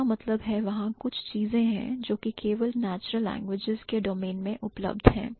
इसका मतलब है वहां कुछ चीजें हैं जो कि केवल natural languages के domain में उपलब्ध हैं